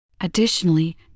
Additionally